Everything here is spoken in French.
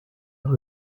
vers